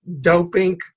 doping